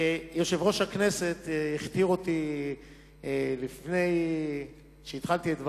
יושב-ראש הכנסת הכתיר אותי לפני שהתחלתי את דברי,